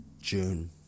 June